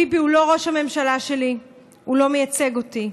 ביבי, הוא לא ראש הממשלה שלי, הוא לא מייצג אותי,